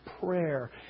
prayer